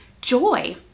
joy